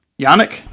Yannick